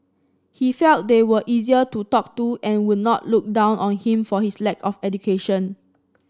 he felt they were easier to talk to and would not look down on him for his lack of education